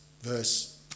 verse